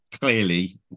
clearly